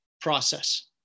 process